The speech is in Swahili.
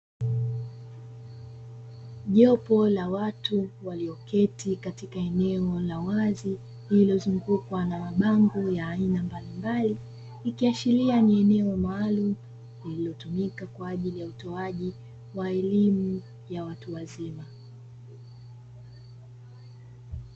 Jopo la watu walioketi katika eneo la wazi lililozungukwa na mabango ya aina mbalimbali ikiashiria ni eneo maalum lililotumika kwa ajili ya utoaji wa elimu ya watu wazima.